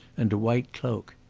and a white cloak.